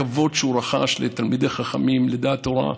הכבוד שהוא רחש לתלמידי חכמים, לדעת תורה,